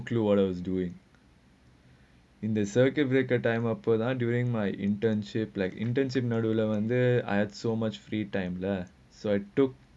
clue what I was doing in the circuit breaker time open during my internship like internship நடுவுலே வந்து:naduvullae vanthu I had so much free time lah so I took